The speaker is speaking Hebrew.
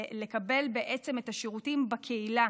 לקבל את השירותים בקהילה,